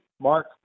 Mark